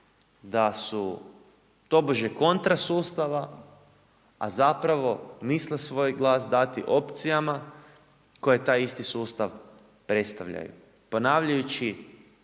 da su tobože kontra sustava, a zapravo misle svoj glas dati opcijama koje taj isti sustav predstavljaju. Ponavljajući